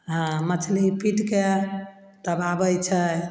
आओर मछली पीटके तब आबय छै